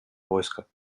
войска